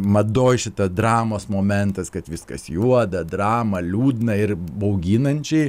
madoj šita dramos momentas kad viskas juoda drama liūdna ir bauginančiai